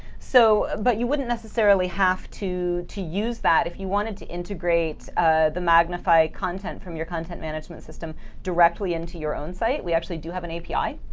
so but you wouldn't necessarily have to to use that. if you wanted to integrate the magnify content from your content management system directly into your own site, we actually do have an api.